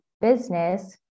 business